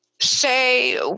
say